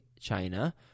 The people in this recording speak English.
china